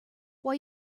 why